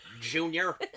junior